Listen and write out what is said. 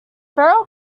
feral